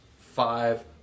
five